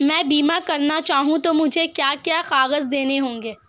मैं बीमा करना चाहूं तो मुझे क्या क्या कागज़ देने होंगे?